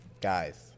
Guys